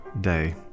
day